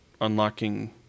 unlocking